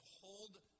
hold